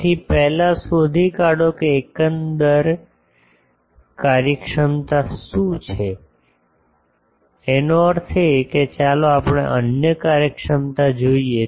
તેથી પહેલા શોધી કાઢો કે એકંદર કાર્યક્ષમતા શું છે એનો અર્થ એ કે ચાલો આપણે અન્ય કાર્યક્ષમતા જોઈએ